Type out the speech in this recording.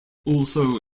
also